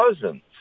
cousins